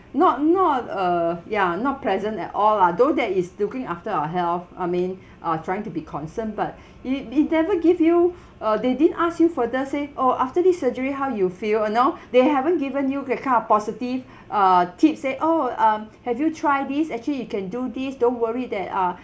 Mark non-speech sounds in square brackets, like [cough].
not not uh ya not pleasant at all lah though that is looking after our health I mean uh trying to be concerned but [breath] it it never give you [breath] uh they didn't ask you for that say oh after this surgery how you feel uh no [breath] they haven't given you that kind of positive [breath] uh tips at all um have you tried this actually you can do this don't worry that ah